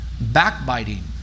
backbiting